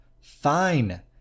Fine